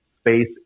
space